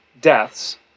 deaths